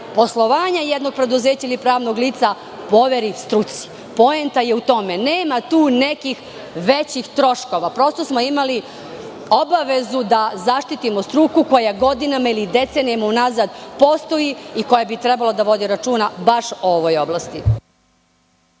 poslovanja jednog preduzeća, ni pravnog lica poveri struci. Poenta je u tome. Nema tu nekih većih troškova. Imali smo obavezu da zaštitimo struku koja godinama ili decenijama unazad postoji i koja bi trebala da vodi računa baš o ovoj oblasti.